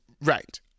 Right